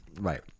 right